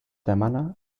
demana